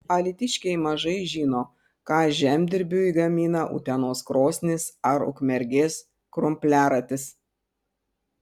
alytiškiai mažai žino ką žemdirbiui gamina utenos krosnys ar ukmergės krumpliaratis